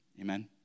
Amen